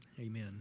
Amen